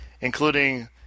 including